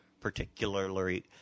particularly